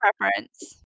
preference